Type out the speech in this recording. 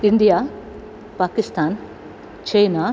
India Pakistan China